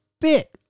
bit